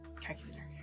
Calculator